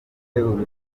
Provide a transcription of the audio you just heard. yakomeje